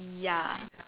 ya